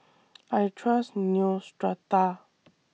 I Trust Neostrata